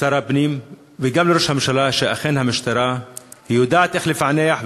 לשר הפנים וגם לראש הממשלה: המשטרה יודעת איך לפענח,